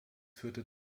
führte